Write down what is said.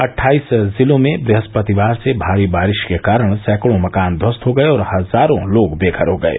अट्ठाईस जिलों में बृहस्पतिवार से भारी बारिश के कारण सैंकड़ों मकान ध्वस्त हो गये और हजारों लोग बेघर हो गये